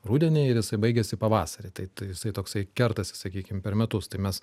rudenį ir jisai baigiasi pavasarį tai tai jisai toksai kertasi sakykim per metus tai mes